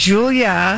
Julia